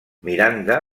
miranda